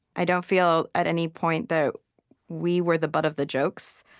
i don't feel, at any point, that we were the butt of the jokes,